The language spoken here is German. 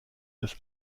des